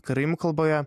karaimų kalboje